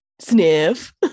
sniff